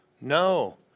No